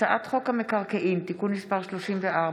הצעת חוק המקרקעין (תיקון מס' 34)